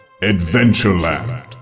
Adventureland